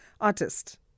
artist